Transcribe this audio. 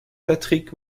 patrick